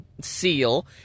Seal